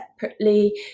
separately